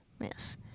Yes